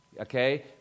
okay